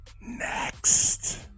next